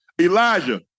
Elijah